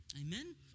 amen